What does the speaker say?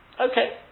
Okay